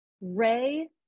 Ray